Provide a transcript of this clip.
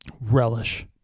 relish